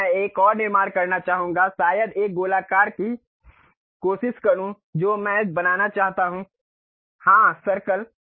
यहां मैं एक और निर्माण करना चाहूंगा शायद एक गोलाकार की कोशिश करूं जो मैं बनाना चाहता हूं हां सर्किल